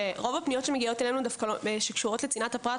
רוב הפניות שמגיעות אלינו דווקא קשורות לצנעת הפרט,